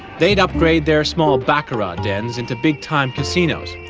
they would upgrade their small baccarat dens into big-time casinos,